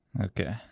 Okay